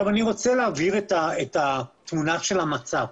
אני רוצה להבהיר את תמונת המצב.